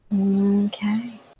Okay